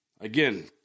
Again